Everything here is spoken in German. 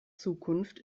zukunft